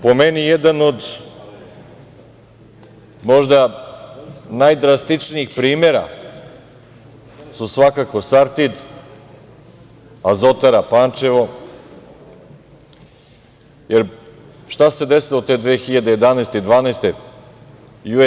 Po meni jedan od možda najdrastičnijih primera su svakako „Sartid“, „Azotara Pančevo“, jer šta se desilo te 2011. i 2012. godine?